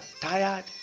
tired